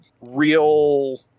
real